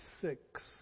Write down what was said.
six